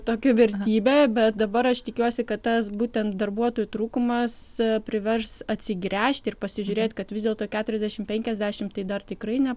tokia vertybė bet dabar aš tikiuosi kad tas būtent darbuotojų trūkumas privers atsigręžti ir pasižiūrėt kad vis dėlto keturiasdešimt penkiasdešimt tai dar tikrai ne